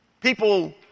People